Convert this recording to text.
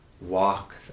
walk